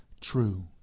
true